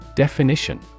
Definition